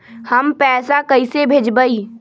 हम पैसा कईसे भेजबई?